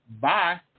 Bye